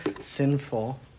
sinful